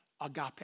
agape